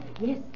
Yes